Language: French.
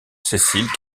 cécile